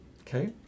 Okay